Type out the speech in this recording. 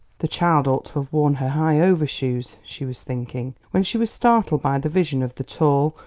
the child ought to have worn her high overshoes, she was thinking, when she was startled by the vision of the tall,